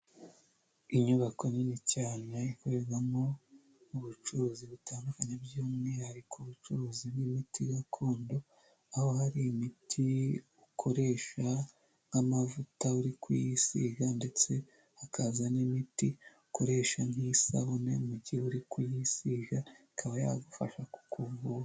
Inyubako nini cyane ikorerwamo ubucuruzi butandukanye by'umwihariko ubucuruzi bw'imiti gakondo, aho hari imiti ukoresha nk'amavuta uri kuyisiga ndetse hakazana n'imiti ukoresha nk'isabune mu gihe uri kuyisiga ikaba yagufasha kukuvura.